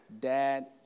Dad